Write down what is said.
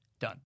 done